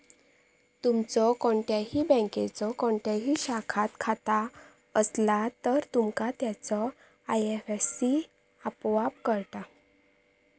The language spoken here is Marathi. तुमचो कोणत्याही बँकेच्यो कोणत्याही शाखात खाता असला तर, तुमका त्याचो आय.एफ.एस.सी आपोआप कळता